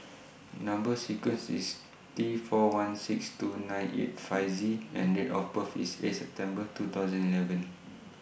Number sequence IS T four one six two nine eight five Z and Date of birth IS eighth September two thousand eleven